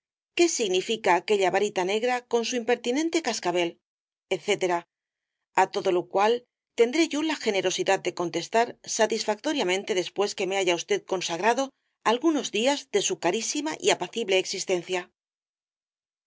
que significa aquella varita negra con su impertinente cascabel etc á todo lo cual tendré yo la generosidad de contestar satisfactoriamente después que me haya usted consagrado algunos días de su carísima y apacible existencia